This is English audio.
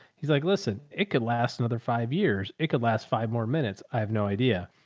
he's like, listen, it could last another five years. it could last five more minutes. i have no idea.